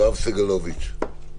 יואב סגלוביץ'.